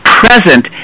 present